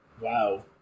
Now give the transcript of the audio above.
Wow